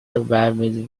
survivors